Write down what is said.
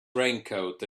raincoat